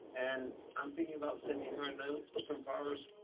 and i'm thinking about sending her a note with some flowers.